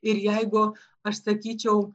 ir jeigu aš sakyčiau